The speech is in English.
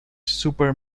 super